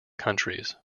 countries